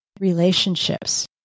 Relationships